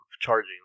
charging